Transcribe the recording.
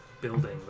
building